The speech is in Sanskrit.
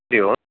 हरिः ओम्